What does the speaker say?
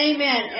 Amen